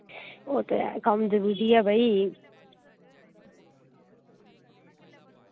ओह् ते ऐ कम्म ते बिजी ऐ भाई